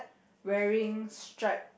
wearing stripe